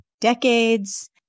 decades